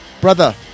Brother